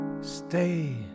Stay